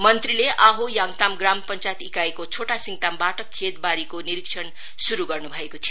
मंत्रीले आहो लाङ्ताम ग्राम पंचायत ईकाईको छोटा सिङतामबाट खेतीबारीको निरीक्षण शुरु गर्नु भएको थियो